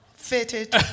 Fitted